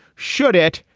should it?